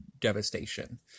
devastation